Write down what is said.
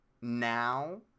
now